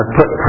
put